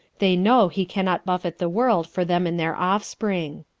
they know he can not buffet the world for them and their offspring.